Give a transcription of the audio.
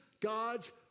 God's